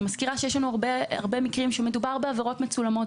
אני מזכירה שיש לנו הרבה מקרים שבהם מדובר בעבירות מצולמות.